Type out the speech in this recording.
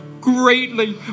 Greatly